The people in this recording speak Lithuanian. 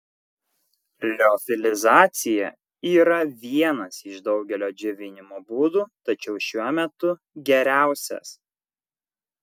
liofilizacija yra vienas iš daugelio džiovinimo būdų tačiau šiuo metu geriausias